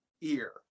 ear